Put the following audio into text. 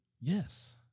Yes